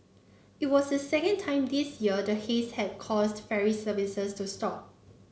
it was the second time this year the haze had caused ferry services to stop